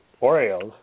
Orioles